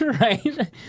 Right